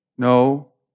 No